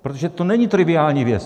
Protože to není triviální věc.